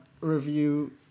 review